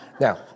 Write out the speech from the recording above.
Now